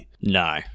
No